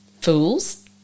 fools